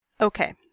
Okay